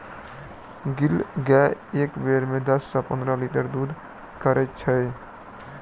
गिर गाय एक बेर मे दस सॅ पंद्रह लीटर दूध करैत छै